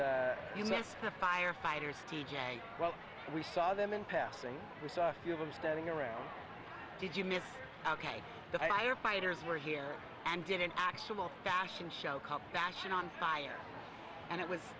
but you miss the firefighters t j well we saw them in passing we saw a few of them standing around did you miss ok the firefighters were here and did an actual fashion show called fashion on fire and it was